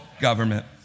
government